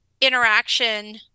interaction